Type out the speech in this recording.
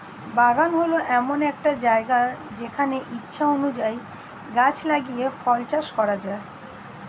বাগান হল এমন একটা জায়গা যেখানে ইচ্ছা অনুযায়ী গাছ লাগিয়ে ফল চাষ করা যায়